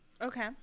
Okay